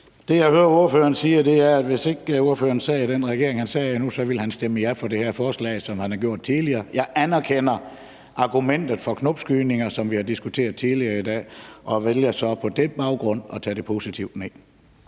det, jeg hører ordføreren sige, er, at hvis ikke ordføreren sad i den regering, han sidder i nu, ville han stemme ja til det her forslag, ligesom han har gjort tidligere. Jeg anerkender argumentet om knopskydning, som vi har diskuteret tidligere i dag, og vælger så på den baggrund at tage det positivt ned.